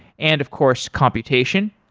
and of course, computation.